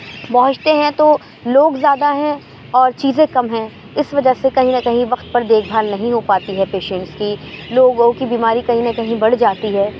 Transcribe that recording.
بہنچتے ہیں تو لوگ زیادہ ہیں اور چیزیں کم ہیں اس وجہ سے کہیں نہ کہیں وقت پر دیکھ بھال نہیں ہو پاتی ہے پیشیٹنس کی لوگوں کی بیماری کہیں نہ کہیں بڑھ جاتی ہے